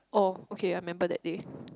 oh okay I remember that day